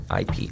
IP